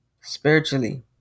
spiritually